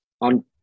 on